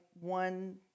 one